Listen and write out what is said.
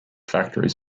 factories